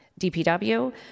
DPW